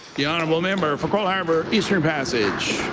the honourable member for cole harbour eastern passage.